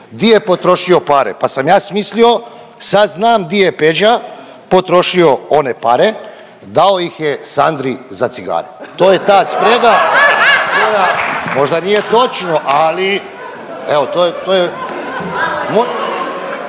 di je potrošio pare, pa sam ja smislio, sad znam di je Peđa potrošio one pare, dao ih je Sandri za cigare, to je ta sprega koja, možda nije točno, ali evo to je,